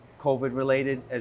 COVID-related